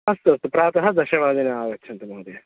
अस्तु अस्तु प्रातः दशवादने आगच्छन्तु महोदय